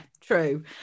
True